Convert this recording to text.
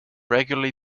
regularly